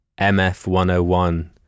MF-101